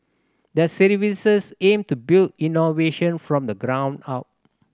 their services aim to build innovation from the ground up